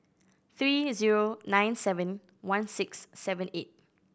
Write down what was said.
three zero nine seven one six seven eight